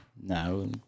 No